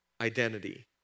identity